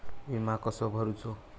विमा कसो भरूचो?